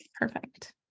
perfect